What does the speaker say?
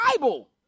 Bible